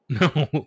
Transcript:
no